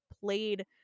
played